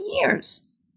years